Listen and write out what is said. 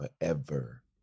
forever